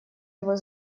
его